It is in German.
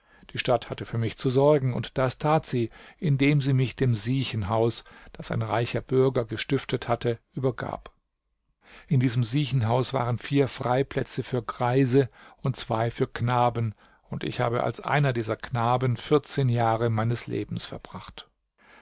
die stadt hatte für mich zu sorgen und das tat sie indem sie mich dem siechenhaus das ein reicher bürger gestiftet hatte übergab in diesem siechenhaus waren vier freiplätze für greise und zwei für knaben und ich habe als einer dieser knaben vierzehn jahre meines lebens verbracht